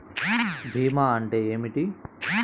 భీమా అంటే ఏమిటి?